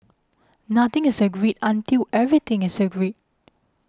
nothing is agreed until everything is agreed